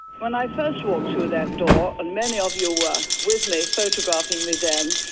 when i first walked through that door, and many of you were with me photographing me then,